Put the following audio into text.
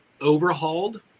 overhauled